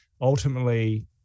ultimately